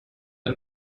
ein